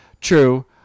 True